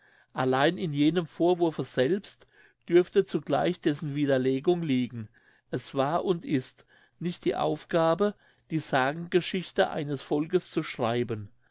allein in jenem vorwurfe selbst dürfte zugleich dessen widerlegung liegen es war und ist nicht die aufgabe die sagengeschichte eines volkes zu schreiben